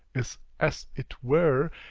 is as it were,